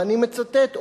ואני מצטט,